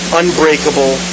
unbreakable